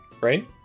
Right